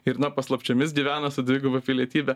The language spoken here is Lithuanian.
ir na paslapčiomis gyvena su dviguba pilietybe